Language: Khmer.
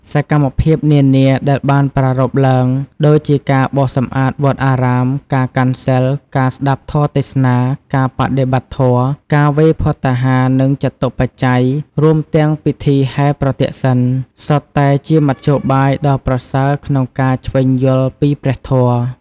សកម្មភាពនានាដែលបានប្រារព្ធឡើង ដូចជាការបោសសម្អាតវត្តអារាម ការកាន់សីល ការស្ដាប់ធម៌ទេសនា ការបដិបត្តិធម៌ ការវេរភត្តាហារ និងចតុបច្ច័យ រួមទាំងពិធីហែរប្រទក្សិណ សុទ្ធតែជាមធ្យោបាយដ៏ប្រសើរក្នុងការឈ្វេងយល់ពីព្រះធម៌។